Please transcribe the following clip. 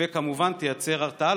וכמובן תייצר הרתעה,